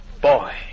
boy